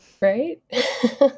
right